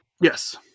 yes